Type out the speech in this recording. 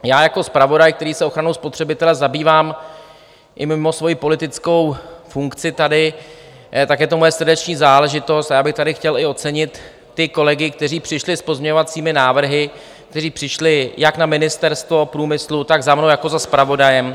Jako zpravodaj, který se ochranou spotřebitele zabývám i mimo svoji politickou funkci tady, je to moje srdeční záležitost, bych tady chtěl ocenit kolegy, kteří přišli s pozměňovacími návrhy, kteří přišli jak na Ministerstvo průmyslu, tak za mnou jako zpravodajem.